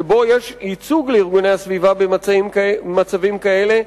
שבו יש ייצוג לארגוני הסביבה במצבים כאלה,